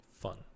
Fun